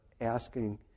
asking